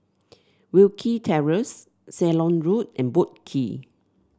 Wilkie Terrace Ceylon Road and Boat Quay